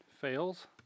Fails